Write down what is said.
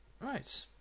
Right